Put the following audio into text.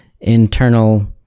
internal